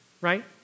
right